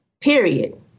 period